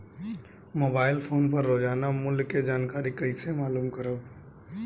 Mobile phone पर रोजाना बाजार मूल्य के जानकारी कइसे मालूम करब?